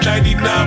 99